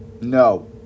no